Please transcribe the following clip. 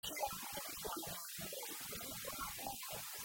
שיאמרו בכלל בהפגנה הזאת, ואחרי כל העוול...